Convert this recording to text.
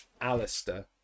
Alistair